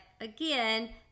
again